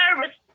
nervous